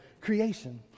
creation